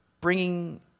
bringing